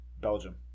Belgium